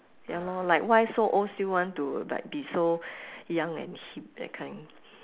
ya lor like why so old still want to like be so young and hip that kind